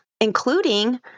including